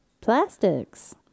plastics